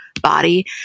body